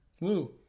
Woo